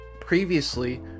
previously